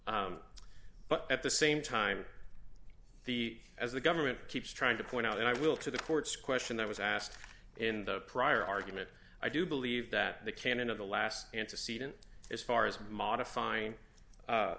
bill but at the same time the as the government keeps trying to point out i will to the court's question that was asked in the prior argument i do believe that the canon of the last antecedent as far as modifying